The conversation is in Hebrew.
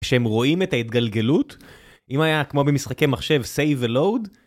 כשהם רואים את ההתגלגלות, אם הוא היה כמו במשחקי מחשב, save וload.